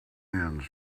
ends